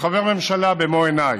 כחבר הממשלה במו עיניי.